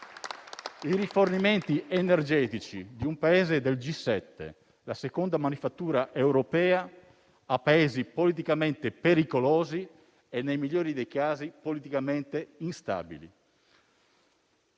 i rifornimenti energetici di un Paese del G7, la seconda manifattura europea, a Paesi politicamente pericolosi e nei migliori dei casi politicamente instabili.